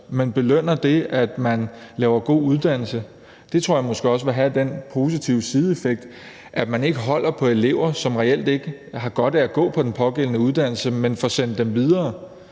men belønner det, at man laver god uddannelse. Det tror jeg måske også vil have den positive sideeffekt, at man ikke holder på elever, som reelt ikke har godt af at gå på den pågældende uddannelse, men får sendt dem videre.